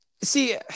see